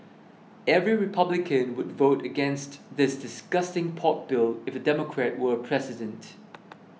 every Republican would vote against this disgusting pork bill if a Democrat were president